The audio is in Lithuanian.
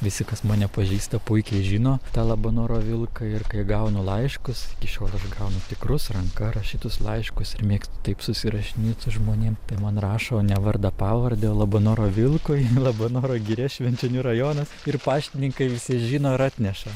visi kas mane pažįsta puikiai žino tą labanoro vilką ir kai gaunu laiškus iki šiol aš gaunu tikrus ranka rašytus laiškus ir mėgstu taip susirašinėt su žmonėm tai man rašo ne vardą pavardę labanoro vilkui labanoro giria švenčionių rajonas ir paštininkai visi žino ar atneša